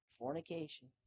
fornication